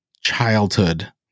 childhood